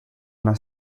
una